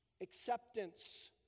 acceptance